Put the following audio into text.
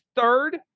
third